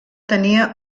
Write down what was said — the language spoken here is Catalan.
tenia